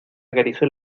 acarició